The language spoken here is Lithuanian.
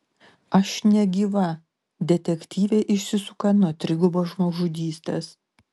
aš negyva detektyvė išsisuka nuo trigubos žmogžudystės